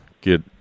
get